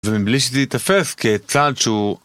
זה מבלי שזה ייתפס כצעד שהוא